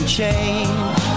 change